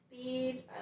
speed